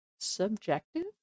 subjective